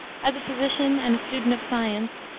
as a physician and a student of science,